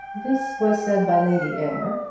this was said by lady aylmer,